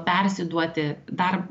persiduoti dar